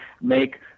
make